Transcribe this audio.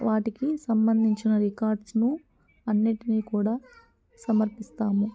వాటికి సంబంధించిన రికార్డ్స్ను అన్నిటినీ కూడా సమర్పిస్తాము